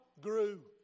grew